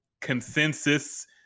consensus